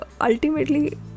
ultimately